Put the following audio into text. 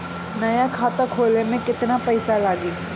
नया खाता खोले मे केतना पईसा लागि?